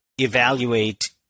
evaluate